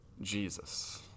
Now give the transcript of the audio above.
Jesus